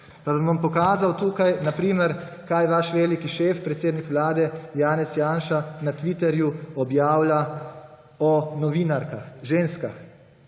Pa vam bom pokazal tukaj, na primer, kaj vaš veliki šef, predsednik Vlade Janez Janša, na Twitterju objavlja o novinarkah, ženskah: